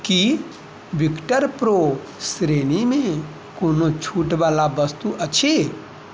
की Victor Pro श्रेणीमे कोनो छूटवला वस्तु अछि